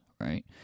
right